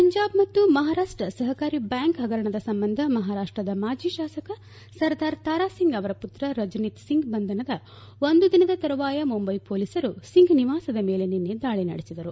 ಪಂಜಾಬ್ ಮತ್ತು ಮಹಾರಾಷ್ಟ್ ಸಹಕಾರಿ ಬ್ಯಾಂಕ್ ಹಗರಣದ ಸಂಬಂಧ ಮಹಾರಾಷ್ಟ್ದ ಮಾಜಿ ಶಾಸಕ ಸರ್ದಾರ್ ತಾರಾಸಿಂಗ್ ಅವರ ಪುತ್ರ ರಜನೀತ್ ಸಿಂಗ್ ಬಂಧನದ ಒಂದು ದಿನದ ತರುವಾಯ ಮುಂಬೈ ಪೊಲೀಸರು ಸಿಂಗ್ ನಿವಾಸದ ಮೇಲೆ ನಿನ್ನೆ ದಾಳಿ ನಡೆಸಿದರು